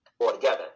altogether